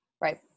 Right